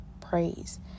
praise